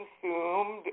consumed